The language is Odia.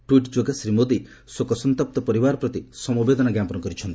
ଟ୍ୱିଟ୍ ଯୋଗେ ଶ୍ରୀ ମୋଦି ଶୋକ ସନ୍ତପ୍ତ ପରିବାର ପ୍ରତି ସମବେଦନା ଜଣାଇଛନ୍ତି